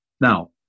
Now